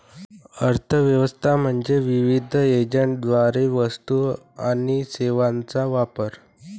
अर्थ व्यवस्था म्हणजे विविध एजंटद्वारे वस्तू आणि सेवांचा वापर